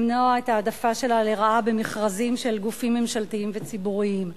למנוע את ההעדפה שלה לרעה במכרזים של גופים ממשלתיים וציבוריים.